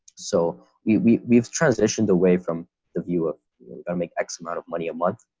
so we've we've transitioned away from the view of and make x amount of money a month,